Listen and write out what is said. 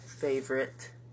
favorite